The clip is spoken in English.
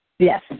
Yes